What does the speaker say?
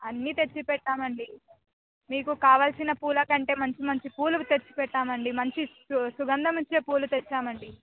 అన్ని తెచ్చిపెట్టామండి మీకు కావాల్సిన పూల కంటే మంచి మంచి పూలు తెచ్చి పెట్టామండి మంచి సు సుగంధం ఇచ్చే పూలు తెచ్చామండి